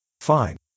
Fine